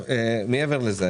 אותו,